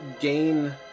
gain